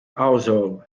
household